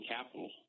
capital